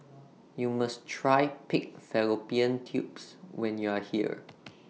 YOU must Try Pig Fallopian Tubes when YOU Are here